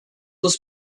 was